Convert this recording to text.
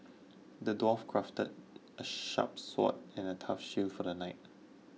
the dwarf crafted a sharp sword and a tough shield for the knight